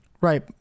Right